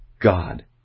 God